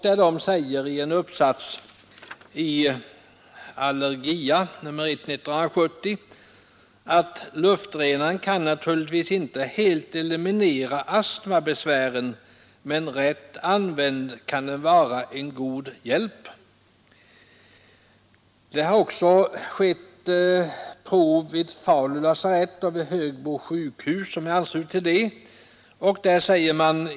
De säger i en uppsats i Allergia nr 1:1970: ”Luftrenaren kan naturligtvis inte helt eliminera astmabesvären, men, rätt använd, kan den vara en god hjälp.” Prov har också utförts vid Falu lasarett och vid Högbo sjukhus, som är anslutet till lasarettet.